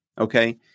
okay